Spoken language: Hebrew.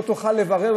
לא תוכל לברר,